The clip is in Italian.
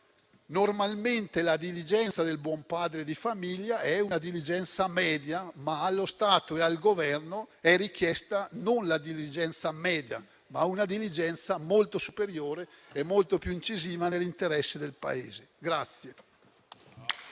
normalmente la diligenza del buon padre di famiglia è una diligenza media, ma allo Stato e al Governo è richiesta non la diligenza media, bensì una diligenza molto superiore e molto più incisiva, nell'interesse del Paese.